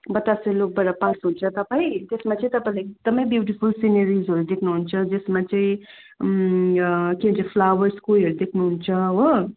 बतासे लुपबाट पास हुन्छ तपाईँ त्यसमा चाहिँ तपाईँले एकदमै ब्युटिफुल सिनेरिजहरू देख्नुहुन्छ जसमा चाहिँ के भन्छ फ्लावर्सको उयोहरू देख्नुहुन्छ हो